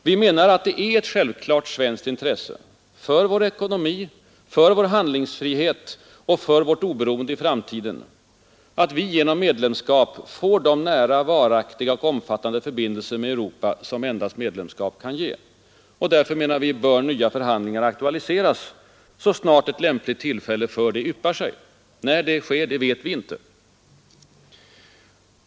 Vi menar, att det är ett självklart svenskt intresse för vår ekonomi, vår handlingsfrihet och vårt oberoende i framtiden — att vi genom medlemskap får de nära, varaktiga och omfattande förbindelser med Europa, som endast medlemskap kan ge. Därför, menar vi, bör nya förhandlingar aktualiseras så snart ett tillfälle därtill yppar sig. När det sker vet vi inte.